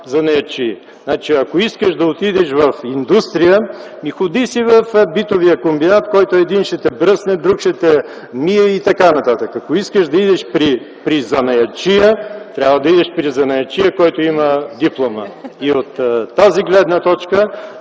занаятчии. Ако искаш да отидеш в индустрия, отиди в Битовия комбинат – там един ще те бръсне, друг ще те мие и така нататък. Ако искаш да отидеш при занаятчия, трябва да отидеш при такъв, който има диплома. От тази гледна точка